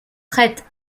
prête